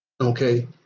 Okay